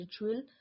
ritual